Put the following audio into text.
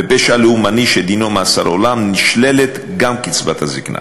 בפשע לאומני שדינו מאסר עולם נשללת גם קצבת הזיקנה.